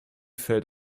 fällt